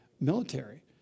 military